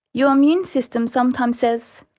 your immune system sometimes says,